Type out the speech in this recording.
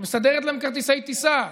שמסדרת להם כרטיסי טיסה,